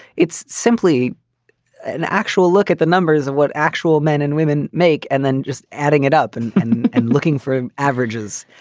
it's simply an actual look at the numbers of what actual men and women make and then just adding it up and and looking for averages.